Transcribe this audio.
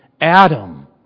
Adam